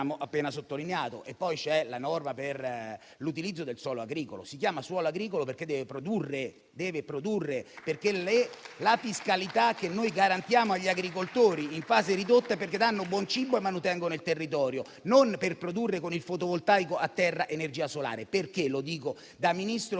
appena sottolineato. C'è poi la norma per l'utilizzo del suolo agricolo; si chiama suolo agricolo perché deve produrre. La fiscalità che noi garantiamo agli agricoltori in fase ridotta è perché danno buon cibo e manutengono il territorio, non per produrre con il fotovoltaico a terra energia solare. Lo dico da Ministro